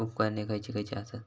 उपकरणे खैयची खैयची आसत?